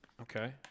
Okay